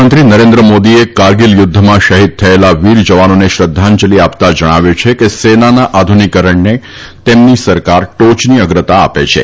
પ્રધાનમંત્રી નરેન્દ્ર મોદીએ કારગીલ યુદ્ધમાં શહીદ થયેલા વીરજવાનોને શ્રદ્ધાંજલી આપતાં જણાવ્યું છે કે સેનાના આધુનિકીકરણને તેમની સરકાર ટોચની અગ્રતા આપે છિ